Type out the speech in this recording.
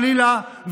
חלילה,